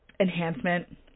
enhancement